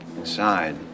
inside